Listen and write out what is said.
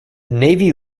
navy